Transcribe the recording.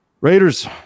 Raiders